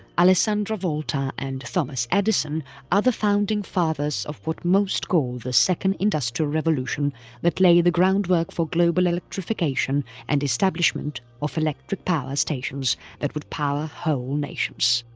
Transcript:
alessandro volta and thomas edison are the founding fathers of what most call the second industrial revolution that laid the groundwork for global electrification and establishment of electric power stations that would power whole nations.